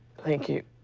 thank you.